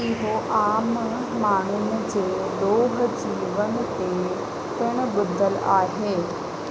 इहो आम माण्हुनि जे ॾोह जीवन ते पिणु ॿुधल आहे